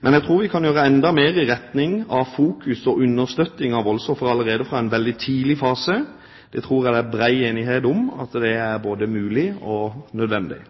Men jeg tror vi kan gjøre enda mer i retning av fokusering og på understøtting av voldsofre allerede i en veldig tidlig fase. Jeg tror det er bred enighet om at det både er mulig og nødvendig.